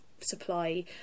Supply